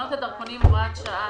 בתקנות הדרכונים (הוראת שעה),